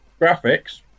graphics